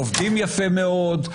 עובדים יפה מאוד,